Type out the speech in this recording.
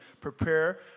prepare